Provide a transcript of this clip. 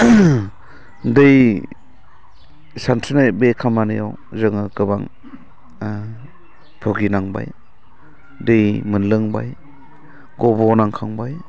दै सानस्रिनाय बे खामानियाव जोङो गोबां भुगिनांबाय दै मोनलोंबाय गब'नांखांबाय